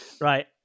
Right